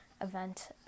event